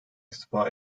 istifa